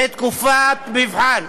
זו תקופת מבחן,